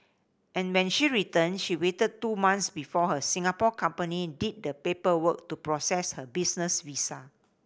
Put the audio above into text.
and when she returned she waited two months before her Singapore company did the paperwork to process her business visa